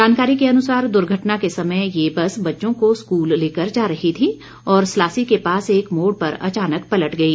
जानकारी के अनुसार दुर्घटना के समय ये बस बच्चों को स्कृल लेकर जा रही थी और सलासी के पास एक मोड़ पर अचानक पलट गई